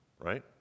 Right